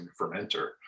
fermenter